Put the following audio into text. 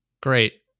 Great